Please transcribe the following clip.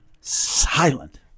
silent